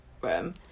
room